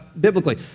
biblically